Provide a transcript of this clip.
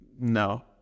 No